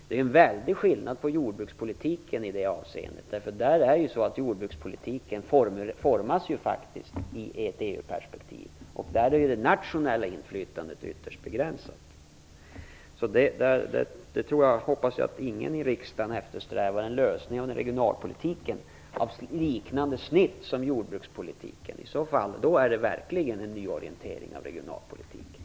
Det är en väldig skillnad ifråga om jordbrukspolitiken i det avseendet. Jordbrukspolitiken formas ju faktiskt i ett EU-perspektiv. Där är det nationella inflytandet ytterst begränsat. Jag hoppas att ingen i riksdagen eftersträvar en lösning för regionalpolitiken av liknande slag som för jordbrukspolitiken. I så fall blir det verkligen en nyorientering av regionalpolitiken.